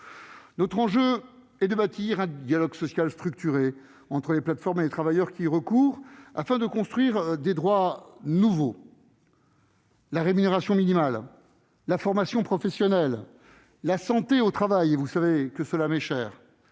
proposer les conditions d'un dialogue social structuré entre les plateformes et les travailleurs qui y recourent, afin de construire des droits nouveaux- rémunération minimale, formation professionnelle, santé au travail, un sujet qui m'est cher